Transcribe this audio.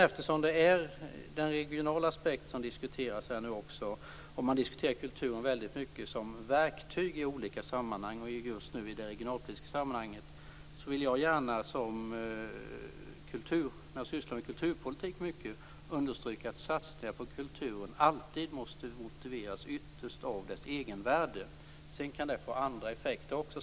Man har här talat mycket om kulturen som verktyg i olika sammanhang, just nu i det regionalpolitiska sammanhanget. Jag vill därför, i egenskap av en som sysslar mycket med kulturpolitik, understryka att satsningar på kulturen alltid ytterst måste motiveras av dess egenvärde. Sedan kan det också få andra, positiva effekter.